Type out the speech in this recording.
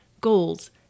goals